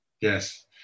Yes